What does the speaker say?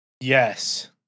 Yes